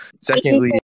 Secondly